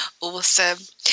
Awesome